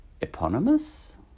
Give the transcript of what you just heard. eponymous